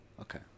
Okay